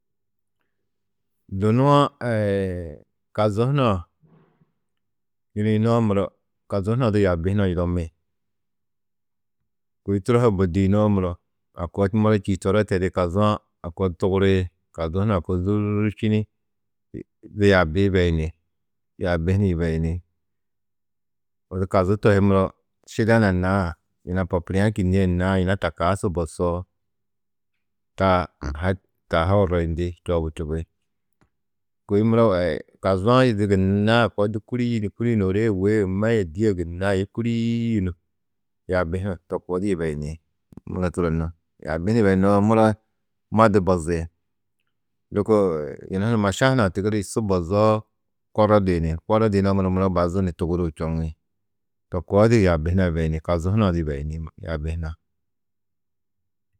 Dunu-ã kazu hunã du yaabi hunã yudomi, kôi turo bôdiyunoo muro a koo muro čîitoro di tedi, kazu-ã a koo di tugurui, kazu hunã a koo zûrčini du yaabi yibeyini, yaabi hunu yibeyini, odu kazu to hi šidena naa yina popuria kînnie naa yina to kua su bosoo, taa ha orroyindi čoobu čubi. Kôi muro kazu-ã yunu gunna a koo di du kûriyunu, kûriyunu ôro yê wô yê ma yê dî yê gunna ayi kûriyunu yaabi hunã to koo di yibeyini muro turonnu. Yaabi hunu yibeyunoo muro, ma du bozi, lôko maša hunã tigiri su bozoo korro duyini, korro duyunoo muro bazu ni tuguruu čoŋi, to koo di yaabi hunã yibeyini, kazu hunã du yibeyini yaabi hunã.